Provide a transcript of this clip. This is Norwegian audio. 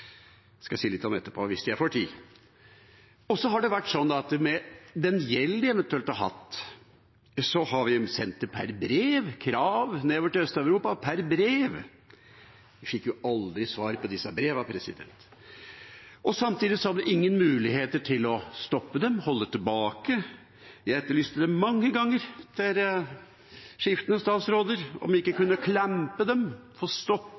skal jeg si litt om etterpå, hvis jeg får tid. Så har det vært sånn at når det gjelder den gjelden de eventuelt har hatt, har vi sendt krav per brev – nedover til Øst-Europa per brev. Vi fikk jo aldri svar på disse brevene. Samtidig hadde man ingen muligheter til å stoppe dem, holde tilbake. Jeg etterlyste det mange ganger overfor skiftende statsråder, om man ikke kunne «clampe» dem, få